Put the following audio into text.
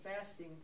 fasting